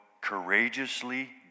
courageously